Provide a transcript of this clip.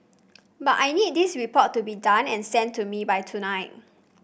but I need this report to be done and sent to me by tonight